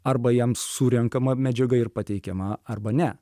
arba jam surenkama medžiaga ir pateikiama arba ne